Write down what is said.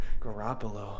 garoppolo